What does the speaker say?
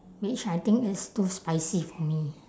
which I think is too spicy for me